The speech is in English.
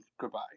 goodbye